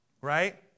right